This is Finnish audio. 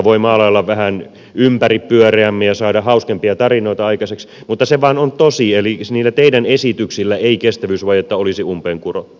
voi maalailla vähän ympäripyöreämmin ja saada hauskempia tarinoita aikaiseksi mutta se vain on tosi eli niillä teidän esityksillänne ei kestävyysvajetta olisi umpeen kurottu